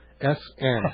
S-N